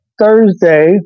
Thursday